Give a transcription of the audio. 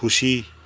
खुसी